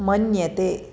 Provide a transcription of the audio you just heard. मन्यते